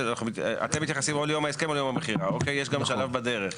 אתם מתייחסים ליום ההסכם או ליום המכירה ויש גם שלב בדרך.